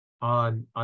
on